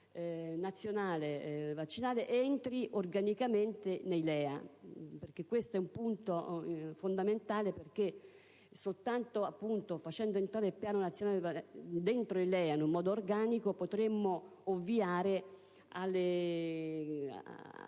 nazionale vaccinale entri organicamente nei LEA. Questo è l'aspetto fondamentale, perché soltanto facendo entrare il Piano nazionale vaccinale dentro i LEA in modo organico potremo ovviare alle diverse